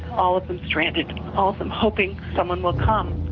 all of them stranded, and all of them hoping someone will come